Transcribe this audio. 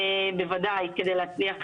בוודאי כדי להצליח